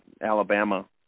Alabama